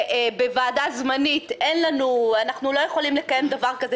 שבוועדה זמנית אנחנו לא יכולים לקיים דבר כזה,